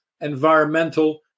environmental